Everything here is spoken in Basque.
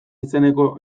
izeneko